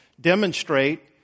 demonstrate